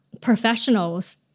professionals